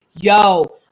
yo